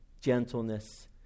gentleness